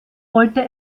wollte